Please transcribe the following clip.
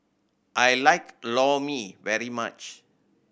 I like Lor Mee very much